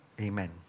Amen